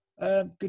good